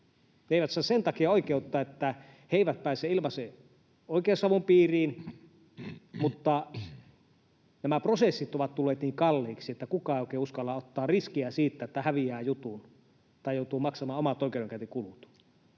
He eivät saa oikeutta sen takia, että he eivät pääse ilmaisen oikeusavun piiriin. Nämä prosessit ovat tulleet niin kalliiksi, että kukaan ei oikein uskalla ottaa riskiä siitä, että häviää jutun tai joutuu maksamaan omat oikeudenkäyntikulunsa.